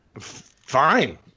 Fine